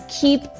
keep